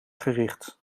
gericht